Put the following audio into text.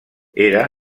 era